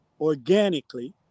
organically